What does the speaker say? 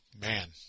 man